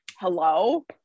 hello